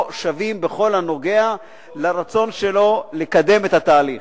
שווים בכל הנוגע לרצון שלו לקדם את התהליך,